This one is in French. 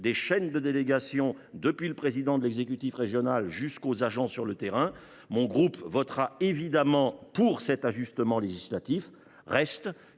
des chaînes de délégation depuis le président de l’exécutif régional jusqu’aux agents sur le terrain. Le groupe écologiste votera bien évidemment pour cet ajustement législatif.